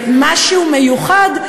במשהו מיוחד,